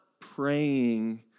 praying